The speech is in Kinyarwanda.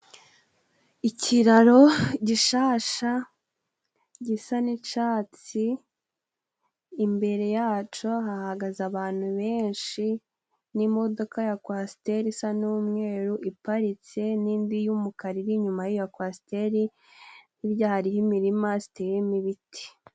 Ikiraro gishasha gisa n'icatsi, imbere yaco hahagaze abantu benshi n'imodoka ya kwasiteri isa n'umweru iparitse n'indi y'umukara iri inyuma y'iyo kwasiteri, hirya hariyo imirima ziteyemo ibiti.